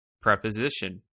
preposition